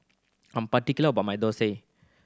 I'm particular about my thosai